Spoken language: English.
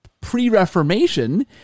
pre-Reformation